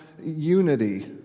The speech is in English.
unity